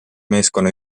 meeskonna